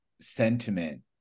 sentiment